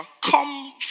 Come